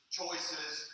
choices